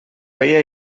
feia